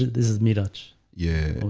this is me touch. yeah